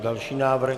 Další návrh.